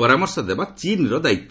ପରାମର୍ଶ ଦେବା ଚୀନ୍ର ଦାୟିତ୍ୱ